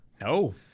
No